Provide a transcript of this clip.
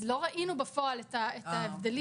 אז לא ראינו בפועל את ההבדלים.